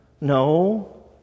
No